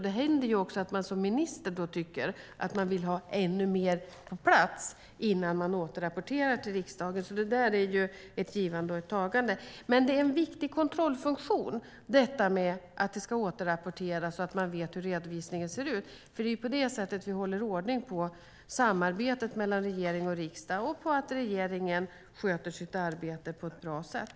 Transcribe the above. Det händer också att man som minister då tycker att man vill ha ännu mer på plats innan man återrapporterar till riksdagen, så det är ett givande och ett tagande. Detta att det ska återrapporteras är en viktig kontrollfunktion, så att man vet hur redovisningen ser ut. Det är på det sättet vi håller ordning på samarbetet mellan regering och riksdag och på att regeringen sköter sitt arbete på ett bra sätt.